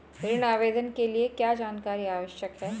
ऋण आवेदन के लिए क्या जानकारी आवश्यक है?